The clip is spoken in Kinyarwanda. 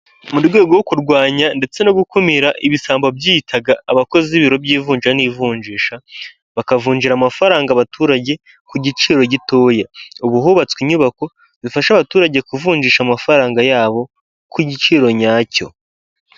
Mu rwego rwo kurwanya ndetse no gukumira ibisambo byiyitaga abakozi b'ibiro by' ivunja n'ivunjisha, bakavunjira amafaranga abaturage ku giciro gitoya ubu hubatswe inyubako, zifasha abaturage kuvunjisha amafaranga yabo ku giciro nyacyo.